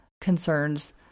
concerns